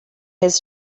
his